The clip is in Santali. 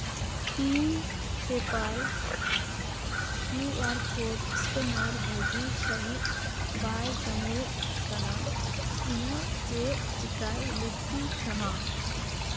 PayPal Q R code scanner ᱵᱷᱟᱹᱜᱤ ᱥᱟᱺᱦᱤᱡ ᱵᱟᱭ ᱠᱟᱹᱢᱤᱭᱮᱫ ᱠᱟᱱᱟ ᱤᱧᱟᱹᱜ ᱪᱮᱫ ᱪᱮᱠᱟᱭ ᱞᱟᱹᱠᱛᱤ ᱠᱟᱱᱟ